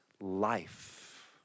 life